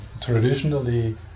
traditionally